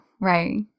right